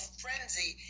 frenzy